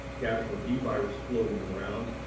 kashmir bee virus floating around,